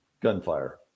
gunfire